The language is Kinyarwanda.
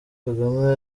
kagame